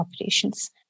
operations